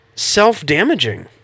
self-damaging